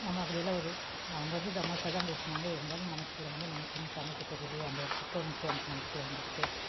நம்ம அப்படி எல்லாம் ஒரு அவங்க வந்து தமாஷாக தான் பேசுனாங்க இருந்தாலும் மனசுக்குள்ளே வந்து நம்மளுக்கு இன்னும் சமைக்க தெரியலையே அந்த ஒரு குற்ற உணர்ச்சி எனக்கு மனசுக்குள்ளே வந்துடுச்சி